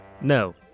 no